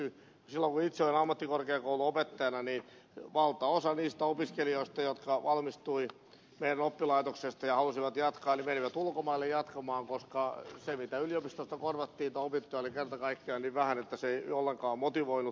silloin kun itse olin ammattikorkeakoulun opettajana niin valtaosa niistä opiskelijoista jotka valmistuivat meidän oppilaitoksestamme ja halusivat jatkaa menivät ulkomaille jatkamaan koska se mitä yliopistosta korvattiin niitä opintoja oli kerta kaikkiaan niin vähän että se ei ollenkaan motivoinut